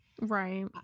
Right